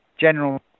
general